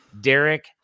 Derek